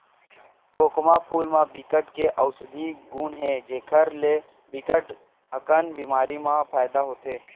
खोखमा फूल म बिकट के अउसधी गुन हे जेखर ले बिकट अकन बेमारी म फायदा होथे